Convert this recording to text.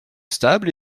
stable